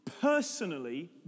personally